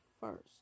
first